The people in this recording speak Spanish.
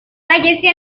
falleció